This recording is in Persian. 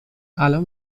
الآن